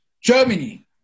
Germany